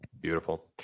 Beautiful